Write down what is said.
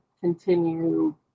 continue